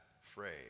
phrase